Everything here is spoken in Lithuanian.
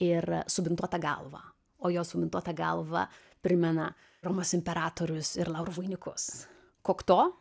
ir ir subintuota galva o jo subintuota galva primena romos imperatorius ir laurų vainikus kokto